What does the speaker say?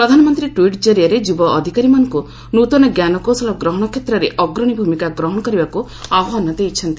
ପ୍ରଧାନମନ୍ତ୍ରୀ ଟ୍ୱିଟ୍ ଜରିଆରେ ଯୁବ ଅଧିକାରୀମାନଙ୍କୁ ନୂତନ ଜ୍ଞାନକୌଶଳ ଗ୍ରହଣ କ୍ଷେତ୍ରରେ ଅଗ୍ରଣୀ ଭୂମିକା ଗ୍ରହଣ କରିବାକୁ ଆହ୍ପାନ ଦେଇଛନ୍ତି